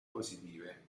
positive